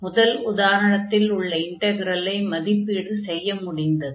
முதல் உதாரணத்தில் உள்ள இன்டக்ரலை மதிப்பீடு செய்ய முடிந்தது